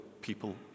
people